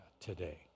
today